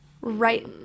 right